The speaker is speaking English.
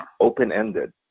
open-ended